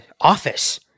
office